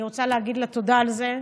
אני רוצה להגיד לה תודה על זה,